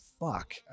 fuck